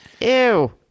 Ew